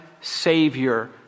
Savior